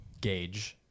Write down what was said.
gauge